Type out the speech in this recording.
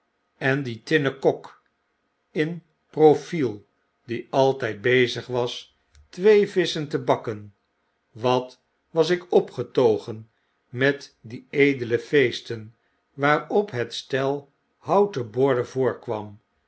en een tinnen kok in profiel die altyd bezig was twee visschen te bakken watwasikppgetogen met die edelfe feesten waarop het stel houten borden voorkwam